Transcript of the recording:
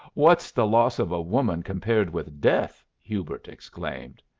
what's the loss of a woman compared with death? hubert exclaimed.